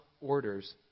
orders